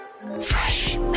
Fresh